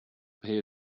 pay